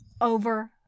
over